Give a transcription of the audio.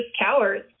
cowards